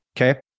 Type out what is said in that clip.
okay